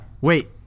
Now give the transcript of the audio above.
Wait